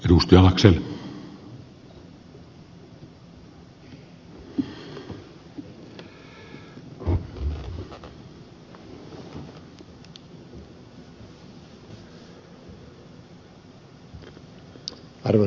arvoisa herra puhemies